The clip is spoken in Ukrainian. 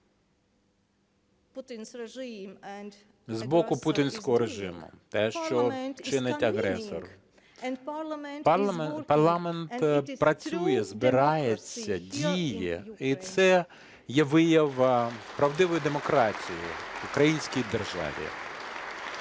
з боку путінського режиму, те, що чинить агресор, парламент працює, збирається, діє, і це є вияв правдивої демократії в українській державі.